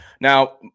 Now